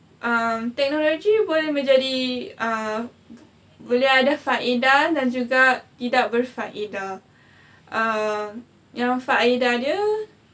um teknologi boleh menjadi err boleh ada faedah dan juga tidak berfaedah err yang faedah dia